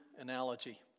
analogy